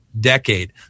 decade